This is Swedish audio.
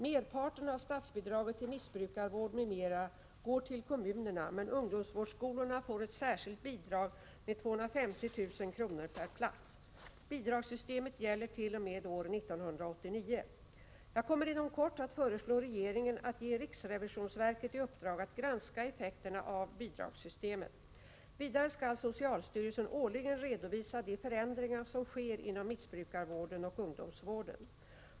Merparten av statsbidraget till missbrukarvård m.m. går till kommunerna, men ungdomsvårdsskolorna får ett särskilt bidrag med 250 000 kr. per plats. Bidragssystemet gäller t.o.m. år 1989. Jag kommer inom kort att föreslå regeringen att ge riksrevisionsverket i uppdrag att granska effekterna av bidragssystemet. Vidare skall socialstyrelsen årligen redovisa de förändringar som sker inom missbrukarvården och ungdomsvården.